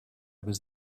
was